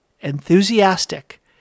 enthusiastic